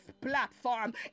platform